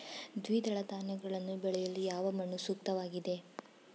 ದ್ವಿದಳ ಧಾನ್ಯಗಳನ್ನು ಬೆಳೆಯಲು ಯಾವ ಮಣ್ಣು ಸೂಕ್ತವಾಗಿದೆ?